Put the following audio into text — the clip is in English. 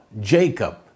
Jacob